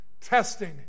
testing